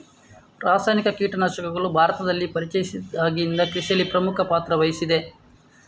ರಾಸಾಯನಿಕ ಕೀಟನಾಶಕಗಳು ಭಾರತದಲ್ಲಿ ಪರಿಚಯಿಸಿದಾಗಿಂದ ಕೃಷಿಯಲ್ಲಿ ಪ್ರಮುಖ ಪಾತ್ರ ವಹಿಸಿದೆ